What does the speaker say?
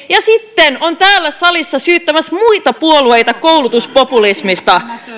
ja sitten on täällä salissa syyttämässä muita puolueita koulutuspopulismista